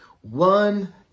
One